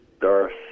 Darth